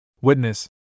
Witness